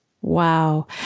Wow